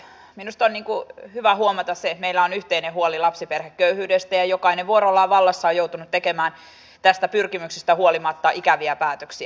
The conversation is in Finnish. minusta on hyvä huomata se että meillä on yhteinen huoli lapsiperheköyhyydestä ja jokainen vuorollaan vallassa ollessaan on joutunut tekemään tästä pyrkimyksestä huolimatta ikäviä päätöksiä